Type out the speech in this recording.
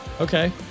Okay